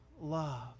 love